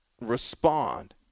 respond